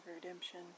redemption